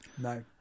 No